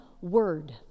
word